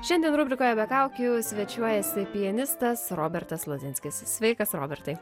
šiandien rubrikoje be kaukių svečiuojasi pianistas robertas lozinskis sveikas robertai